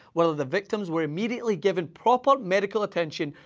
whether the victims were immediately given proper medical attention.